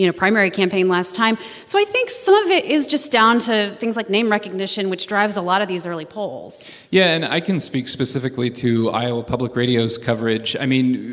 you know primary campaign last time. so i think some of it is just down to things like name recognition, which drives a lot of these early polls yeah, and i can speak specifically to iowa public radio's coverage. i mean,